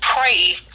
pray